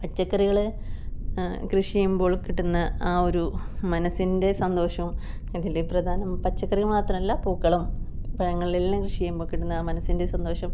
പച്ചക്കറികൾ കൃഷി ചെയ്യുമ്പോൾ കിട്ടുന്ന ആ ഒരു മനസ്സിൻ്റെ സന്തോഷവും ഇതിൽ പ്രധാനം പച്ചക്കറികൾ മാത്രമല്ല പൂക്കളും പഴങ്ങളും എല്ലാം കൃഷി ചെയ്യുമ്പോൾ കിട്ടുന്ന ആ മനസ്സിൻ്റെ സന്തോഷം